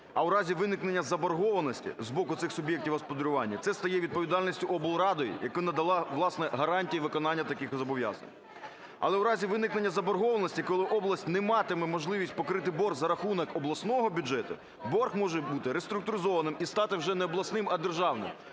А у разі виникнення заборгованості з боку цих суб'єктів господарювання це стає відповідальністю облради, яка надала власне гарантії виконання таких зобов'язань. Але в разі виникнення заборгованості, коли область не матиме можливість покрити борг за рахунок обласного бюджету, борг може бути реструктуризованим і стати вже не обласним, а державним.